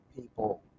people